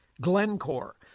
Glencore